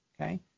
okay